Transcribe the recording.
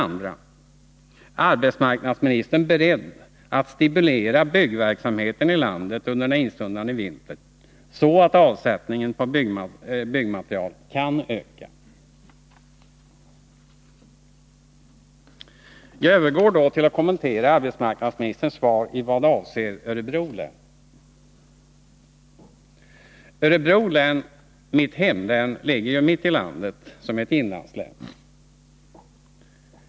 Är arbetsmarknadsministern beredd att stimulera byggverksamheten i landet under den instundande vintern, så att avsättningen på byggmaterial kan öka? Jag övergår nu till att kommentera arbetsmarknadsministerns svar i vad avser Örebro län. Örebro län, mitt hemlän, ligger mitt i landet som ett inlandslän.